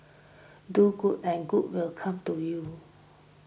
do good and good will come to you